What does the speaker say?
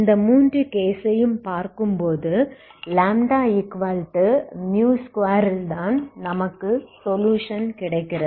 இந்த மூன்று கேஸை யும் பார்க்கும்போது λ2 ல் தான் நமக்கு சொலுயுஷன் கிடைக்கிறது